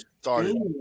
started